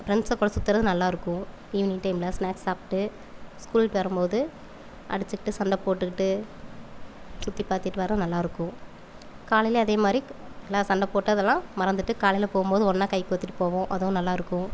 friends கூட சுத்துறது நல்லா இருக்கும் ஈவினிங் டைமில் ஸ்நாக்ஸ் சாப்பிட்டு ஸ்கூல் விட்டு வரும் போது அடிச்சிக்கிட்டு சண்டை போட்டுக்கிட்டு சுற்றி பார்த்துட்டு வர நல்லா இருக்கும் காலையில் அதே மாதிரி எல்லாம் சண்டை போட்டு அதெல்லாம் மறந்துட்டு காலையில் போகும் போது ஒன்னா கை கோர்த்துட்டு போவோம் அதுவும் நல்லா இருக்கும்